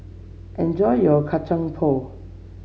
enjoy your Kacang Pool